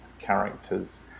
characters